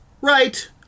right